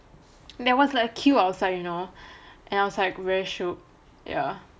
there was like a queue outside you know and I was like very shook ya